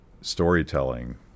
storytelling